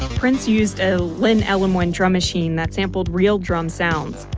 prince used ah linn l m one drum machine that sampled real drum sounds.